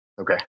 Okay